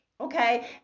okay